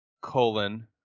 colon